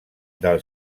del